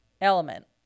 element